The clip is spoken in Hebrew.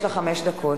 יש לך חמש דקות.